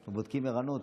אנחנו בודקים ערנות,